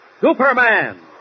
Superman